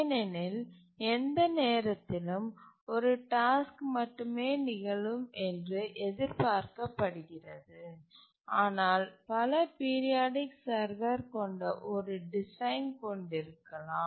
ஏனெனில் எந்த நேரத்திலும் ஒரு டாஸ்க்கு மட்டுமே நிகழும் என்று எதிர்பார்க்கப்படுகிறது ஆனால் பல பீரியாடிக் சர்வர் கொண்ட ஒரு டிசைன் கொண்டிருக்கலாம்